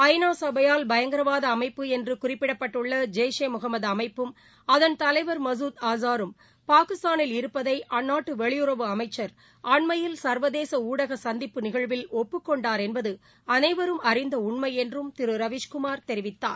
ஐநாசபையால் பயங்கரவாதஅமைப்பு என்றுகுறிப்பிடப்பட்டுள்ளஜெய்ஷ் இ முகமதுஅமைப்பும் அதன் மசூத் ஆசாரும் பாகிஸ்தானில் இருப்பதைஅந்நாட்டுவெளியுறவு அமைச்சர் அண்மையில் தலைவர் சர்வதேசஊடகசந்திப்பு நிகழ்வில் கொண்டார் என்பதுஅனைவரும் அறிந்தஉண்மைஎன்றும் ஒப்புக் திருரவீஷ்குமார் தெரிவித்தார்